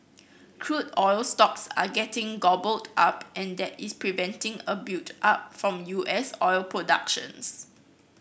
crude oil stocks are getting gobbled up and that is preventing a buildup from U S oil productions